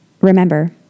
Remember